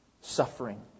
suffering